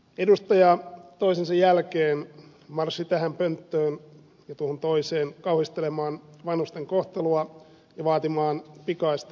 edustaja toisensa jälkeen marssi tähän pönttöön ja tuohon toiseen kauhistelemaan vanhusten kohtaloa ja vaatimaan pikaista parannusta